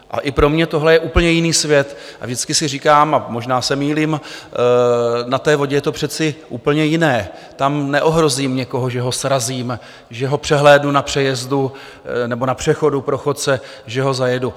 A i pro mě tohle je úplně jiný svět a vždycky si říkám, a možná se mýlím: Na vodě je to přece úplně jiné, tam neohrozím někoho, že ho srazím, že ho přehlédnu na přejezdu nebo na přechodu pro chodce, že ho zajedu.